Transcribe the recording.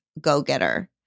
go-getter